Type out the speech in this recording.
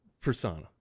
persona